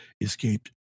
escaped